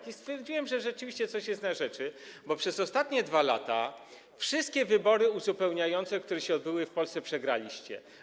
I stwierdziłem, że rzeczywiście, coś jest na rzeczy, bo przez ostatnie 2 lata wszystkie wybory uzupełniające, które się odbyły w Polsce, przegraliście.